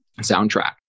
soundtrack